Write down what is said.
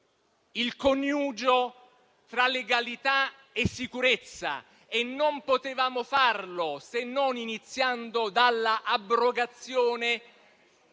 il coniugio tra legalità e sicurezza, e non potevamo farlo se non iniziando dall'abrogazione